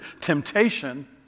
temptation